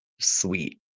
sweet